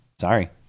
Sorry